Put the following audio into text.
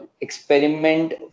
experiment